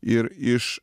ir iš